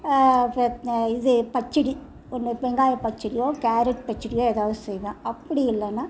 ப இது பச்சடி ஒன்று வெங்காய பச்சடியோ கேரட் பச்சடியோ எதாவது செய்வேன் அப்படி இல்லைனா